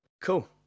Cool